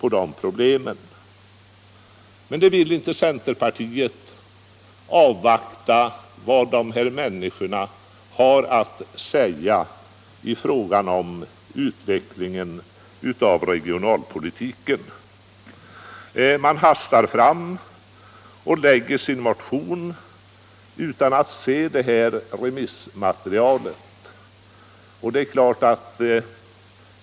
Men centerpartiet vill inte avvakta vad de här människorna har att säga om utvecklingen av regionalpolitiken. Centern hastar fram och väcker sin motion utan att se remissmaterialet.